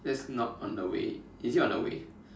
that's not on the way is it on the way